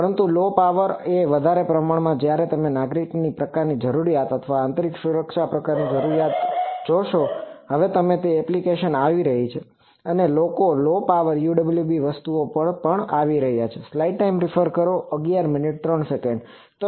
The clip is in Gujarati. પરંતુલો પાવર એ વધારે પ્રમાણ માં જયારે તમે નાગરિક પ્રકારની જરૂરિયાત અથવા આંતરિક સુરક્ષા પ્રકારની જરૂરિયાત જોશોતો હવે તે એપ્લિકેશનો આવી રહી છે અને લોકો લો પાવર UWB વસ્તુઓ પણ ઉપર આવ્યા છે